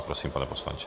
Prosím, pane poslanče.